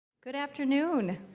good afternoon.